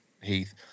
Heath